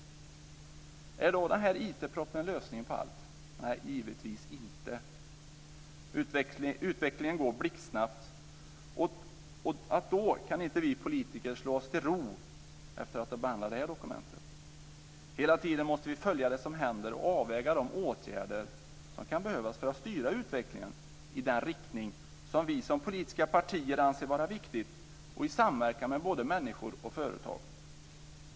Är då den här IT-propositionen lösningen på allt? Nej, givetvis inte. Utvecklingen går blixtsnabbt och därför kan vi politiker inte slå oss till ro efter att ha behandlat det här dokumentet. Hela tiden måste vi följa det som händer och avväga de åtgärder som kan behövas för att styra utvecklingen i den riktning som vi som politiska partier anser vara viktig och i samverkan med både människor och företag.